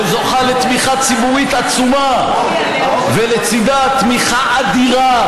שזוכה לתמיכה ציבורית עצומה ולצידה תמיכה אדירה,